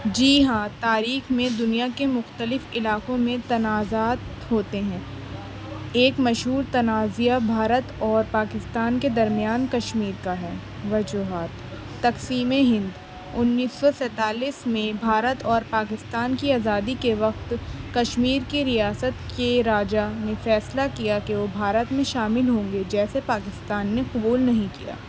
جی ہاں تاریخ میں دنیا کے مختلف علاقوں میں تنازعات ہوتے ہیں ایک مشہور تنازعہ بھارت اور پاکستان کے درمیان کشمیر کا ہے وجوہات تقسیم ہند انیس سو سینتالیس میں بھارت اور پاکستان کی آزادی کے وقت کشمیر کے ریاست کے راجا نے فیصلہ کیا کہ وہ بھارت میں شامل ہوں گے جیسے پاکستان نے قبول نہیں کیا